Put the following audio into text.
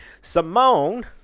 Simone